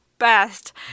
best